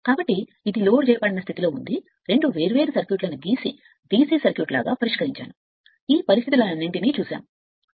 కాబట్టి ఇది లోడ్ చేయబడిన స్థితిలో ఉంది ఇది సర్క్యూట్ కేవలం రెండు వేర్వేరు సర్క్యూట్లను గీయండి DC సర్క్యూట్ లాగా నేను పరిష్కరిస్తాను ఈ పరిస్థితులన్నింటినీ మాత్రమే చూడగలను